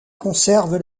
conservent